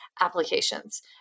applications